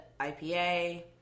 IPA